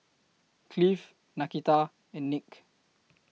Cleve Nakita and Nick